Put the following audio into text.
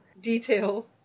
detail